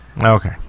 Okay